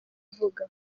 kuvuga